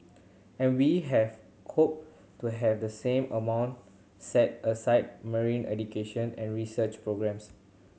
and we have hoped to have the same amount set aside marine education and research programmes